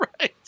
Right